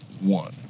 one